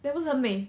then 不是很美